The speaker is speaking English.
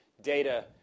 data